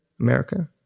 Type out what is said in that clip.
America